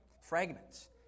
fragments